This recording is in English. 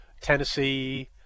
Tennessee